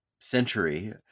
century